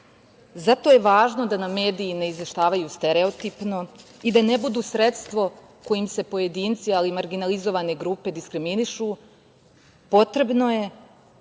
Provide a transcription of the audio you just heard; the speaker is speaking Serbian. Zato je važno da nam mediji ne izveštavaju stereotipno i da ne budu sredstvo kojim se pojedinci, ali i marginalizovane grupe diskriminišu, potrebno je